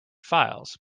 files